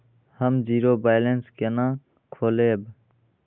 हम zero balance केना खोलैब?